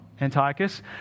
Antiochus